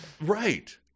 right